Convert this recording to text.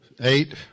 eight